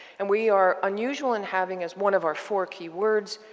and we are unusual in having, as one of our four keywords,